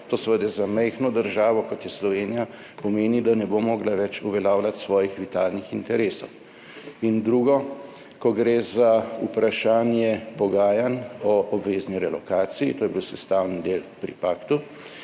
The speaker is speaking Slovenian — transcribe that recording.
To seveda za majhno državo, kot je Slovenija, pomeni, da ne bo mogla več uveljavljati svojih vitalnih interesov. In drugo, ko gre za vprašanje pogajanj o obvezni relokaciji, to je bil sestavni del pri paktu,